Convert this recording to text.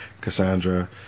Cassandra